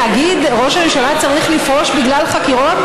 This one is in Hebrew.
לחץ ציבורי להגיד: ראש הממשלה צריך לפרוש בגלל חקירות?